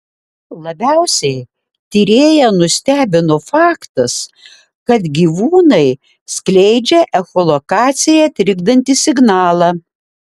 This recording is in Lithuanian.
labiausiai tyrėją nustebino faktas kad gyvūnai skleidžia echolokaciją trikdantį signalą